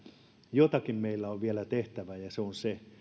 jotakin meillä on vielä tehtävänä ja se on se